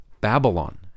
Babylon